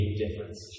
difference